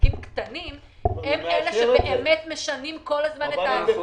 שהעסקים הקטנים הם אלה שבאמת משנים כל הזמן את העסק.